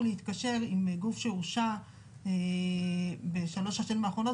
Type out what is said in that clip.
להתקשר עם גוף שהורשע בשלוש השנים האחרונות